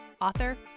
author